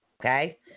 Okay